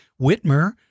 Whitmer